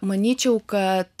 manyčiau kad